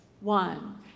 one